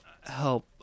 help